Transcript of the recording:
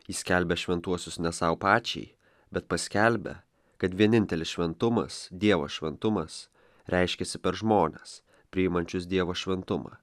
ji skelbia šventuosius ne sau pačiai bet paskelbia kad vienintelis šventumas dievo šventumas reiškiasi per žmones priimančius dievo šventumą